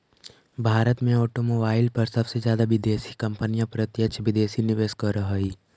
भारत में ऑटोमोबाईल पर सबसे जादा विदेशी कंपनियां प्रत्यक्ष विदेशी निवेश करअ हई